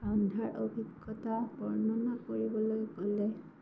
ৰন্ধাৰ অভিজ্ঞতা বৰ্ণনা কৰিবলৈ গ'লে